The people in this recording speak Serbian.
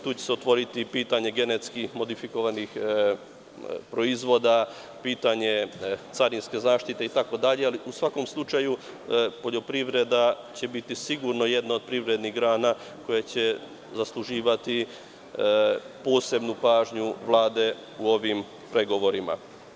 Tu će se otvoriti pitanje genetski modifikovanih proizvoda, pitanje carinske zaštite, ali u svakom slučaju poljoprivreda će biti sigurno jedna od privrednih grana koja će zasluživati posebnu pažnju Vlade u ovim pregovorima.